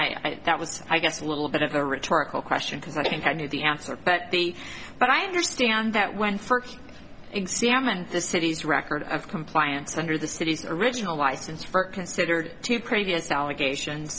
think that was i guess a little bit of a rhetorical question because i think i knew the answer but the but i understand that when examined the city's record of compliance under the city's original license for considered to previous allegations